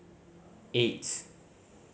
eight